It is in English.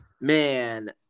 man